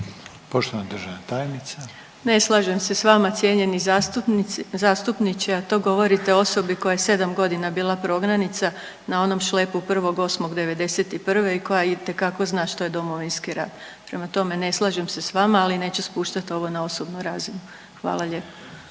Vuksanović, Irena (HDZ)** Ne slažem se sa vama cijenjeni zastupniče, a to govorite osobi koja je 7 godina bila prognanica na onom šlepu 1.8.1991. i koja itekako zna što je Domovinski rat. Prema tome, ne slažem se sa vama ali neću spuštati ovo na osobnu razinu. Hvala lijepo.